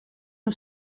nhw